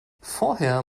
vorher